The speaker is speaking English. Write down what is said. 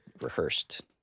rehearsed